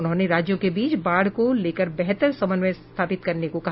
उन्होंने राज्यों के बीच बाढ़ को लेकर बेहतर समन्वय स्थापित करने को कहा